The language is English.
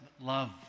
love